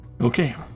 Okay